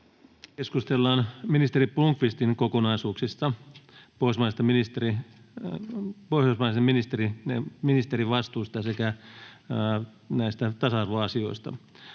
Keskustellaan ministeri Blomqvistin kokonaisuuksista, pohjoismaisen ministerin vastuusta sekä tasa-arvoasioista.